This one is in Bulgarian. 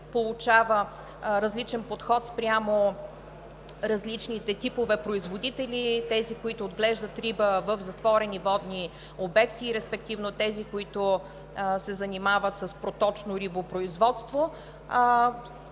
получава различен подход спрямо различните типове производители – тези, които отглеждат риба в затворени водни обекти, респективно тези, които се занимават с проточно рибопроизводство.